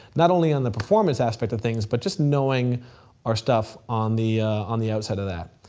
not only on the performance aspect of things, but just knowing our stuff on the on the outside of that.